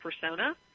persona